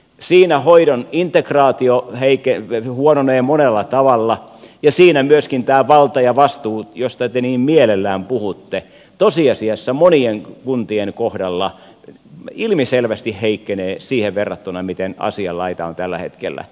siinä hoidon integraatio huononee monella tavalla ja siinä myöskin tämä valta ja vastuu josta te niin mielellänne puhutte tosiasiassa monien kuntien kohdalla ilmiselvästi heikkenee siihen verrattuna miten asianlaita on tällä hetkellä